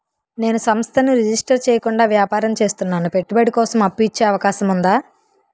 నేను సంస్థను రిజిస్టర్ చేయకుండా వ్యాపారం చేస్తున్నాను పెట్టుబడి కోసం అప్పు ఇచ్చే అవకాశం ఉందా?